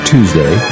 Tuesday